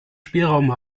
spielraum